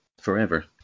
forever